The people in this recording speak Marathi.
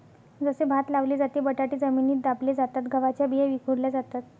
जसे भात लावले जाते, बटाटे जमिनीत दाबले जातात, गव्हाच्या बिया विखुरल्या जातात